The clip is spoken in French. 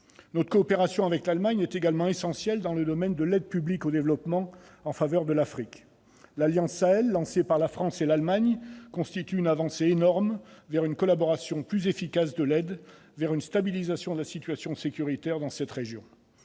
Notre coopération avec l'Allemagne est également essentielle dans le domaine de l'aide publique au développement en faveur de l'Afrique. L'Alliance Sahel, lancée par la France et l'Allemagne, constitue une avancée énorme vers une collaboration plus efficace dans l'aide et vers une stabilisation de la situation sécuritaire dans cette région.